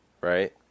right